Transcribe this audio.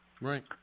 Right